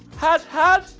had had!